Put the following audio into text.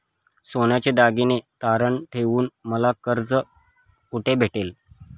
सोन्याचे दागिने तारण ठेवून मला कर्ज कुठे भेटेल?